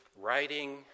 writing